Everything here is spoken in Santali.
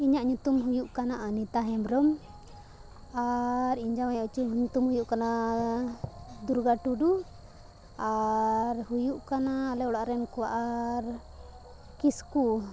ᱤᱧᱟᱹᱜ ᱧᱩᱛᱩᱢ ᱦᱩᱭᱩᱜ ᱠᱟᱱᱟ ᱟᱱᱤᱛᱟ ᱦᱮᱢᱵᱨᱚᱢ ᱟᱨ ᱤᱧ ᱡᱟᱶᱟᱭ ᱧᱩᱛᱩᱢ ᱦᱩᱭᱩᱜ ᱠᱟᱱᱟ ᱫᱩᱨᱜᱟ ᱴᱩᱰᱩ ᱟᱨ ᱦᱩᱭᱩᱜ ᱠᱟᱱᱟ ᱟᱞᱮ ᱚᱲᱟᱜ ᱨᱮᱱ ᱠᱚᱣᱟᱜ ᱟᱨ ᱠᱤᱥᱠᱩ